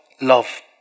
love